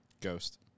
Ghost